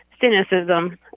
cynicism